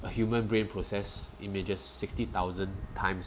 a human brain process images sixty thousand times